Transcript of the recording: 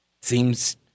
seems